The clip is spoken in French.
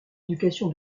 éducation